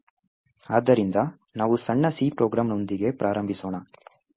ಆದ್ದರಿಂದ ನಾವು ಸಣ್ಣ C ಪ್ರೋಗ್ರಾಂನೊಂದಿಗೆ ಪ್ರಾರಂಭಿಸೋಣ